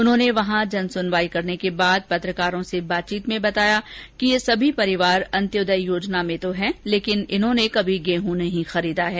उन्होंने वहां जन सुनवाई करने के बाद पत्रकारों को बताया कि ये सभी परिवार अंत्योदय योजना में तो है लेकिन उन्होंने कभी गेंहू नहीं खरीदा है